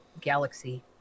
Galaxy